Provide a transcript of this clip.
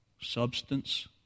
substance